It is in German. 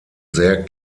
sehr